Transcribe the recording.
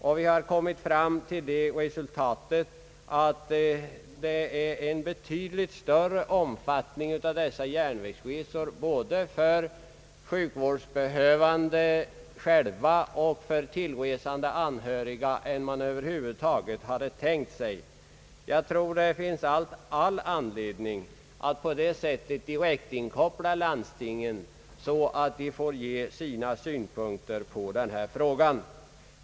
Man har därvid kommit fram till det resultatet att järnvägsresorna har en betydligt större omfattning, både för de sjukvårdsbehövande själva och för tillresande anhöriga, än man över huvud taget hade tänkt sig, Jag tror därför att det finns all anledning att direktinkoppla landstingen så att de får ge sina synpunkter på den här frågan.